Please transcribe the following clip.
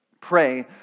pray